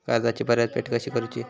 कर्जाची परतफेड कशी करूची?